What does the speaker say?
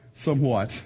somewhat